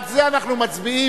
על זה אנחנו מצביעים.